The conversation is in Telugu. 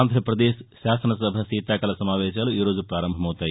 ఆంధ్రప్రదేశ్ శాసనసభ శీతాకాల సమావేశాలు ఈరోజు ప్రారంభమవుతాయి